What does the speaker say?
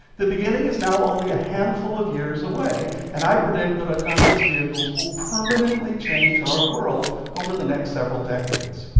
the beginning is now only a handful of years away, and i predict that autonomous vehicles will permanently change our world over the next several decades.